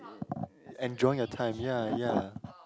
enjoying your time ya ya